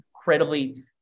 incredibly